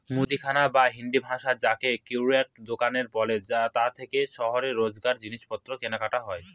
মুদিখানা বা হিন্দিভাষায় যাকে কিরায়া দুকান বলে তা থেকেই শহরে রোজকার জিনিসপত্র কেনাকাটা হয়